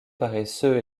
paresseux